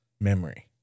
memory